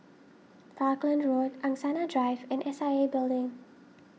Falkland Road Angsana Drive and S I A Building